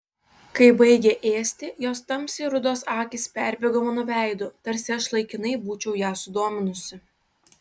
kai baigė ėsti jos tamsiai rudos akys perbėgo mano veidu tarsi aš laikinai būčiau ją sudominusi